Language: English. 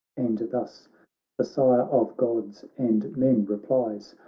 and thus the sire of gods and men replies.